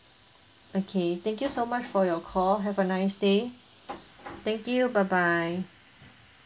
okay thank you so much for your call have a nice day thank you bye bye